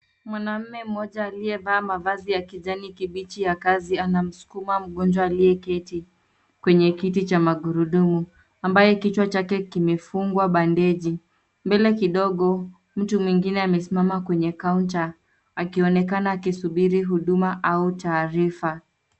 Mwanamume mmoja aliyevaa mavazi ya kijani kibichi ya kazi anamskuma mgonjwa aliyeketi kwenye kiti cha magurudumu ambaye kichwa chake kimefungwa bandeji. Mbele kidogo mtu mwingine amesimama kwenye counter akionekana akisubiri huduma au taarifa.